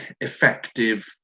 effective